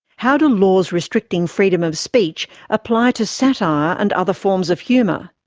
how do laws restricting freedom of speech apply to satire and other forms of humour?